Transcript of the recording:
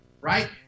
right